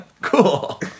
cool